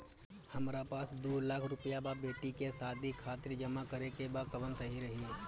हमरा पास दू लाख रुपया बा बेटी के शादी खातिर जमा करे के बा कवन सही रही?